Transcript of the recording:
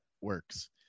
works